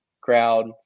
crowd